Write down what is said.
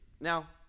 Now